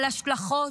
על השלכות.